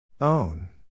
Own